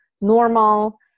normal